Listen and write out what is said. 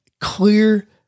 clear